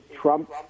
Trump